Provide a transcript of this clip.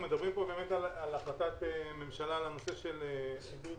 אנחנו מדברים פה על החלטת ממשלה לנושא של עידוד